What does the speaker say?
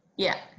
yeah.